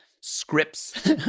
scripts